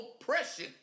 oppression